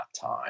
time